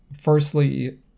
Firstly